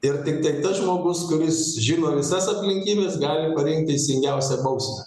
ir tiktai tas žmogus kuris žino visas aplinkybes gali parinkt teisingiausią bausmę